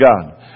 God